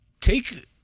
Take